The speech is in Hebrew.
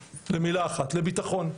לביטחון.